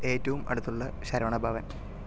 ഏറ്റവും അടുത്തുള്ള ശരവണഭവൻ